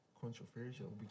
controversial